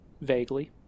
Vaguely